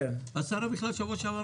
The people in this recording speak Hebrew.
השרה אמרה לי בשבוע שעבר,